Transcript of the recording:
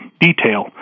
detail